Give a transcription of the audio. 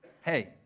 hey